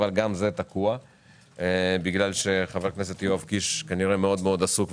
גם זה תקוע בגלל שחבר הכנסת יואב קיש כנראה מאוד מאוד עסוק,